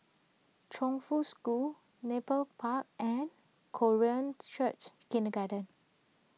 Chongfu School Nepal Park and Korean Church Kindergarten